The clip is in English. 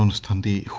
um sunday